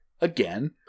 again